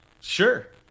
sure